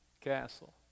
castle